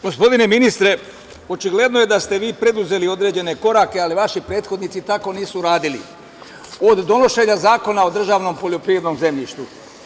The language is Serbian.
Gospodine ministre, očigledno je da ste vi preduzeli određene korake, ali vaši prethodnici tako nisu radili od donošenja Zakona o državnom poljoprivrednom zemljištu.